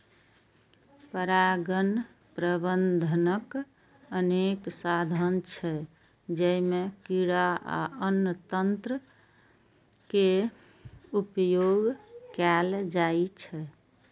परागण प्रबंधनक अनेक साधन छै, जइमे कीड़ा आ अन्य तंत्र के उपयोग कैल जाइ छै